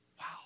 wow